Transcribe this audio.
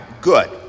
good